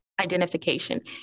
identification